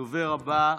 הדוברת הבאה,